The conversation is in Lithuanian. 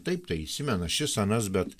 taip tai įsimena šis anas bet